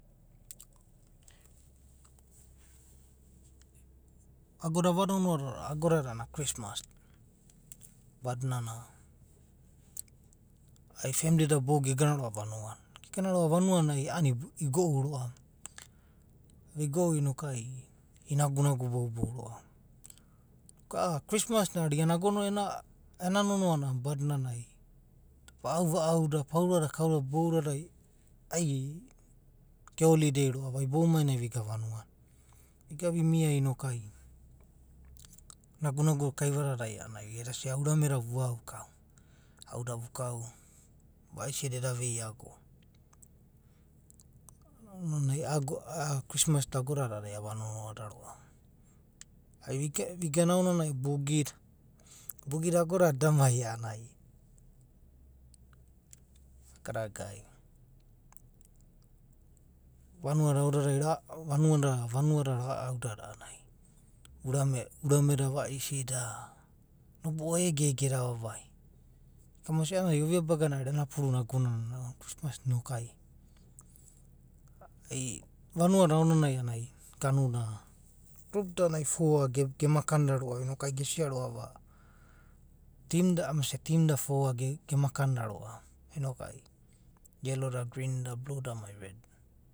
Agoda ava nonoada roa’va agodada a’anana christmas badinana. ai femli boudadai gegana roa’va vanua. gegana roa’va uanua nai gegou roa’va. igou in’oku inagu boubou roa’va. Inoku ai christmas n aero agona ena nonoa na a’anana badinana ai va’au va’au da mai paura da kau dada bou dadai ai ge holidadday roa’va, ai bou mai nai ai vigara uanua. uigana vi mia noku ai nagu nagu da kai na dadai. eda sia. uraurame da vu au kau. auda vu kau. vasisi da eda v’ei ago. A’adina ounanai agoda christmas da ago dada ava nonadaroa. Ai. vigana aonanai a’ananai ai boogi da. boogi da ago dada edam ai. a’anana, agada gai, vanua da aodadai. ra’am dada. vanua da ra’au dada a’anai urame da vaisi da nobo’o ege ege eda vavai. Kama sia, a’anai ovia baga na eroo ena puru na ago nanaero unanai christmas noku ai, ai uanua na aonanai a’ananai ganu na group da a’adada four ai gemakanida roa’ve noku ai gesia roa’va team a’adada, ai team da foa, yellow. green. blue mai red.